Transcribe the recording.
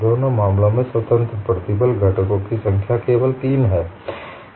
दोनों मामलों में स्वतंत्र प्रतिबल घटकों की संख्या केवल तीन हैं